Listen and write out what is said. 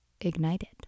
ignited